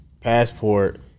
passport